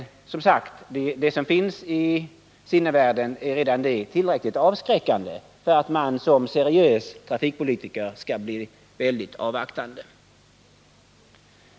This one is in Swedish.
Men, som sagt, det som finns i sinnevärlden är redan det tillräckligt avskräckande för att man som seriös trafikpolitiker skall bli väldigt avvaktande.